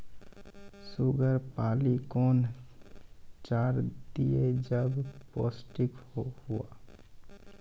Sugar पाली कौन चार दिय जब पोस्टिक हुआ?